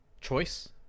choice